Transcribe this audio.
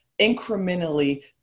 incrementally